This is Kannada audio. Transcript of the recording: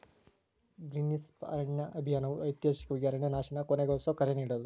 ಗ್ರೀನ್ಪೀಸ್ನ ಅರಣ್ಯ ಅಭಿಯಾನವು ಐತಿಹಾಸಿಕವಾಗಿ ಅರಣ್ಯನಾಶನ ಕೊನೆಗೊಳಿಸಲು ಕರೆ ನೀಡೋದು